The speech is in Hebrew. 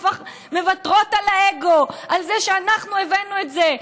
אנחנו מוותרות על האגו, על זה שאנחנו הבאנו את זה.